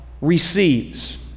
receives